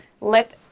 let